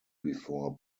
before